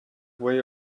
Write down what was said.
way